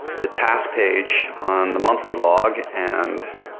the task page on the monthly log and